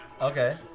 Okay